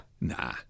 Nah